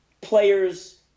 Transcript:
players